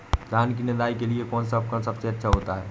धान की निदाई के लिए कौन सा उपकरण सबसे अच्छा होता है?